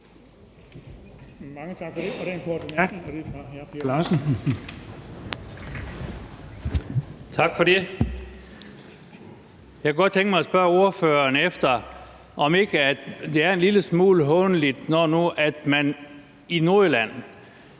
(KF): Tak for det. Jeg kunne godt tænke mig at spørge ordføreren, om ikke det er en lille smule hånligt at sige det,